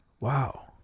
Wow